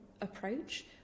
approach